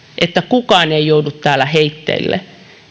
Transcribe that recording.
että kukaan ei joudu täällä heitteille